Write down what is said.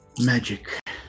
magic